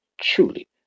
truly